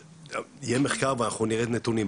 יהיה מחקר ואנחנו נראה נתונים,